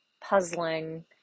puzzling